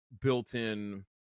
built-in